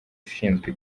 ushinzwe